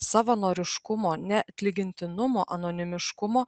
savanoriškumo neatlygintinumo anonimiškumo